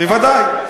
בוודאי.